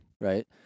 right